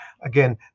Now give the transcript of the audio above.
Again